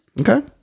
Okay